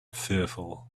fearful